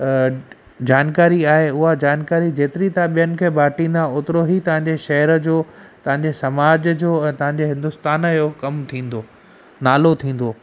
जानकारी आहे उहा जानकारी जेतिरी तव्हां ॿियनि खे बांटींदा ओतिरो ई तव्हां जे शहर जो तव्हां जे समाज जो तव्हां जे हिन्दुस्तान जो कमु थींदो नालो थींदो